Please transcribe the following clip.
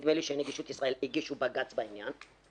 ונדמה לי שנגישות ישראל הגישו עתירה לבג"ץ בעניין הזה,